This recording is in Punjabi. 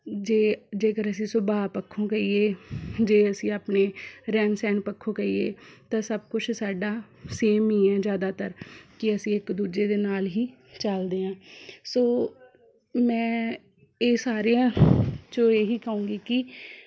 ਜੇ ਜੇਕਰ ਅਸੀਂ ਸੁਭਾਅ ਪੱਖੋਂ ਕਹੀਏ ਜੇ ਅਸੀਂ ਆਪਣੇ ਰਹਿਣ ਸਹਿਣ ਪੱਖੋਂ ਕਹੀਏ ਤਾਂ ਸਭ ਕੁਝ ਸਾਡਾ ਸੇਮ ਹੀ ਹੈ ਜ਼ਿਆਦਾਤਰ ਕਿ ਅਸੀਂ ਇੱਕ ਦੂਜੇ ਦੇ ਨਾਲ ਹੀ ਚੱਲਦੇ ਹਾਂ ਸੋ ਮੈਂ ਇਹ ਸਾਰਿਆਂ 'ਚੋਂ ਇਹੀ ਕਹੂੰਗੀ ਕਿ